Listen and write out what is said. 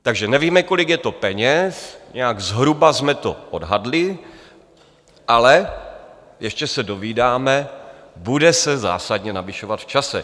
Takže nevíme, kolik je to peněz, nějak zhruba jsme to odhadli, ale ještě se dozvídáme, bude se zásadně navyšovat v čase.